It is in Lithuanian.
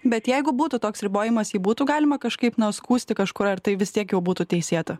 bet jeigu būtų toks ribojimas jį būtų galima kažkaip na skųsti kažkur ar tai vis tiek jau būtų teisėta